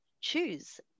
choose